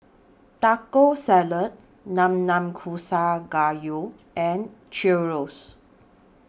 Taco Salad Nanakusa Gayu and Chorizo